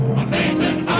amazing